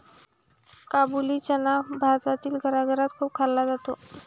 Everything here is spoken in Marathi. काबुली चना भारतातील घराघरात खूप खाल्ला जातो